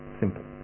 simple